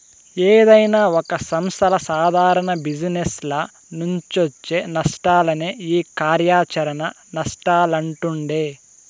ఏదైనా ఒక సంస్థల సాదారణ జిజినెస్ల నుంచొచ్చే నష్టాలనే ఈ కార్యాచరణ నష్టాలంటుండె